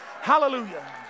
Hallelujah